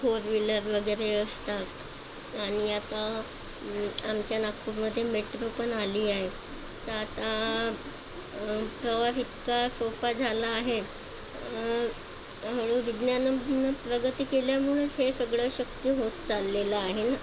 four wheeler वगैरे असतात आणि आता आमच्या नागपूरमध्ये मेट्रो पण आली आहे तर आता प्रवास इतका सोप्पा झाला आहे हळू विज्ञानानं प्रगती केल्यामुळेच हे सगळं शक्य होत चाललेलं आहे न